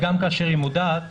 גם כאשר היא מודעת,